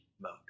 mode